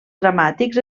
dramàtics